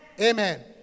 Amen